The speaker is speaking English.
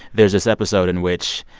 there's this episode in which,